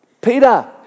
Peter